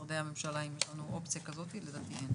משרדי הממשלה גם לגבי זה.